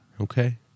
Okay